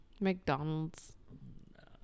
McDonald's